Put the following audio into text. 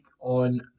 on